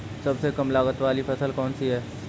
सबसे कम लागत वाली फसल कौन सी है?